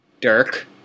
Dirk